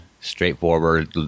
straightforward